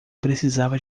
precisava